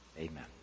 Amen